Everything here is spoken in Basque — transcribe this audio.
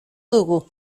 dugu